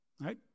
Right